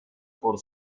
por